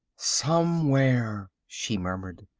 somewhere, she murmured,